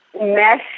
mesh